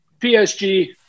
PSG